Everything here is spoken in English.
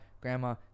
grandma